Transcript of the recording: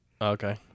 Okay